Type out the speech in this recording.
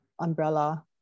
umbrella